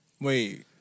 Wait